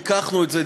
ריככנו את זה,